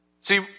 See